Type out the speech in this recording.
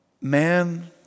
Man